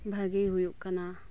ᱵᱷᱟᱜᱮ ᱦᱳᱭᱳᱜ ᱠᱟᱱᱟ